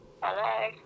Hello